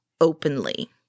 openly